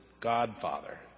godfather